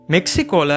Mexico